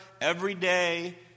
everyday